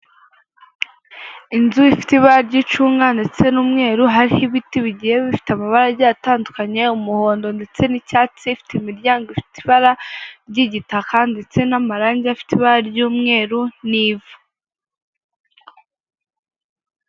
Inzu ifite ibara ry'icunga, ndetse n'umweru hafi y'ibiti bigiye bifite amabara agiye atandukanye, umuhondo ndetse n'icyatsi, ifite imiryango ifite ibara ry'igitaka, ndetse n'amarangi afite ibara ry'umweru n'ivu.